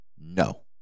no